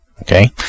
Okay